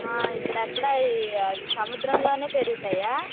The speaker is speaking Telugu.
ఇక్కడ ఎక్కడ ఈ సముద్రంలో పెరుగుతాయా